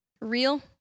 real